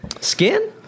Skin